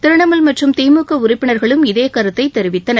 திரிணமூல் மற்றும் திமுக உறுப்பினர்களும் இதே கருத்தை தெரிவித்தனர்